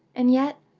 and yet,